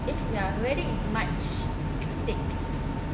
ya wedding is march sixth